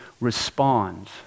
respond